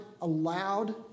allowed